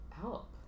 help